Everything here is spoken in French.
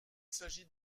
s’agit